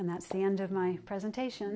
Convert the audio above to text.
and that's the end of my presentation